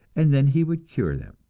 and then he would cure them.